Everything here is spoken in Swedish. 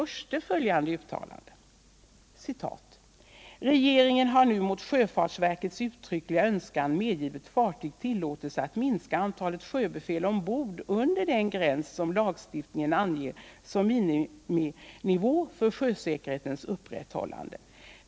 ”Regeringen har nu mot sjöfartsverkets uttryckliga önskan medgivit fartyg tillåtelse att minska antalet sjöbefäl ombord under den gräns som lagstiftningen anger som miniminivå för sjösäkerhetens upprätthållande.